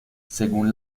según